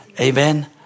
Amen